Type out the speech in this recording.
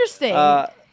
interesting